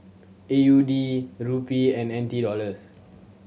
A U D Rupee and N T Dollars